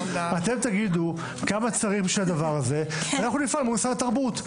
אתם תגידו כמה צריך בשביל הדבר הזה ואנחנו נפעל מול שר התרבות.